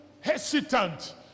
hesitant